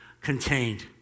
contained